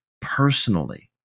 personally